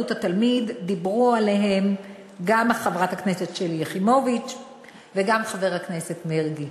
דיברו עליהן גם חברת הכנסת שלי יחימוביץ וגם חבר הכנסת מרגי,